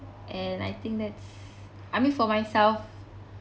and I think that's I mean for myself